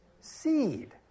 seed